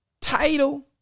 title